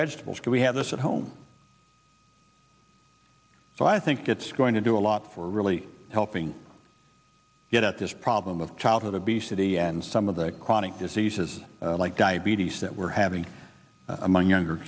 vegetables that we have this at home so i think it's going to do a lot for really helping get out this problem of childhood obesity and some of the chronic diseases like diabetes that we're having among younger